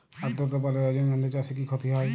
আদ্রর্তা বাড়লে রজনীগন্ধা চাষে কি ক্ষতি হয়?